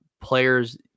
players